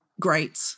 great